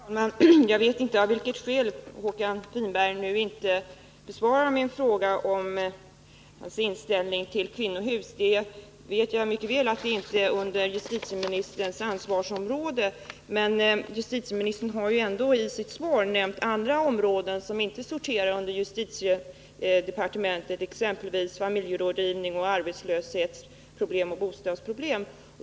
Herr talman! Jag vet inte av vilket skäl Håkan Winberg inte besvarar min Måndagen den fråga om hans inställning till kvinnohus. Att detta inte faller inom 19 november 1979 justitieministerns ansvarsområde känner jag mycket väl till, men justitieministern har ju ändå i sitt svar nämnt andra områden som inte sorterar under Om förhållandena justitiedepartementet — exempelvis familjerådgivning, arbetslöshetsproblem =; Mellanöstern och bostadsproblem.